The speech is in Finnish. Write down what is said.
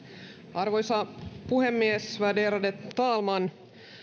arvoisa puhemies värderade talman